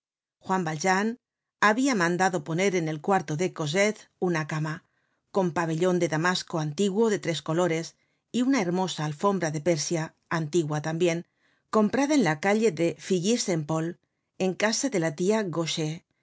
juan valjean había mandado poner en el cuarto de cosette una cama con pabellon de damasco antiguo de tres colores y una hermosa alfombra de persia antigua tambien comprada en la calle de figuiersaint paul en casa de la tia